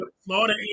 Florida